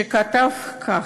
שכתב כך: